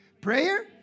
Prayer